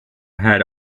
had